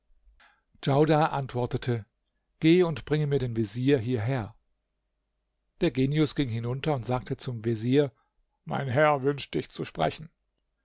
djaudar antwortete geh und bringe mir den vezier hierher der genius ging hinunter und sagte zum vezier mein herr wünscht dich zu sprechen